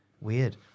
Weird